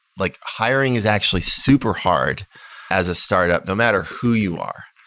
like hiring is actually super hard as a startup, no matter who you are.